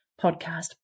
podcast